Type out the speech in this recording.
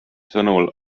sõnul